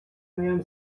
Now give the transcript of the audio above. моем